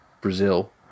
Brazil